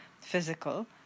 physical